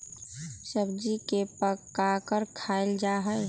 सब्जी के पकाकर खायल जा हई